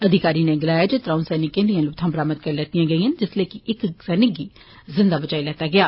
अधिकारी नै गलाया ऐ जे त्र'ऊं सैनिकें दियां लौथा बरामद करी लैतियां गेदियां न जिसलै कि इक सैनिक गी जिन्दा बचाई लैता गेआ